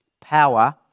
power